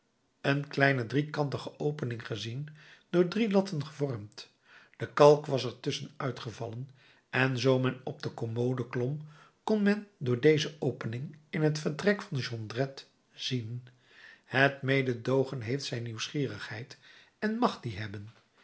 een kleine driekantige opening gezien door drie latten gevormd de kalk was er tusschen uitgevallen en zoo men op de commode klom kon men door deze opening in het vertrek van jondrette zien het mededoogen heeft zijn nieuwsgierigheid en mag die hebben